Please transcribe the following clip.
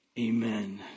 Amen